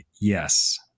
Yes